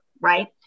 right